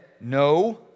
No